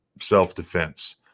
self-defense